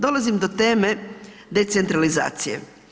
Dolazim do teme decentralizacije.